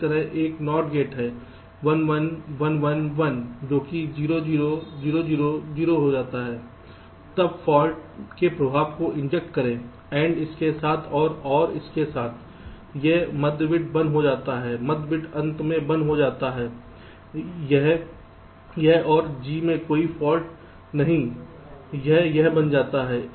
इसी तरह एक NOT गेट है 1 1 1 1 1 जोकि 0 0 0 0 0 0 बन जाता है तब फाल्ट के प्रभाव को इंजेक्ट करें AND इसके साथ और OR इसके साथ यह मध्य बिट 1 हो जाता है मध्य बिट अंत में 1 हो जाता है या यह और g में कोई फाल्ट नहीं यह यह बन जाता है